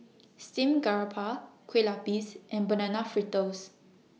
Steamed Garoupa Kueh Lupis and Banana Fritters